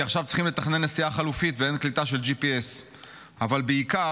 כי עכשיו צריכים לתכנן נסיעה חלופית ואין קליטה של GPS. אבל בעיקר,